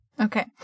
Okay